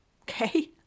okay